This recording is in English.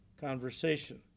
conversation